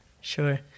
sure